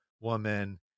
woman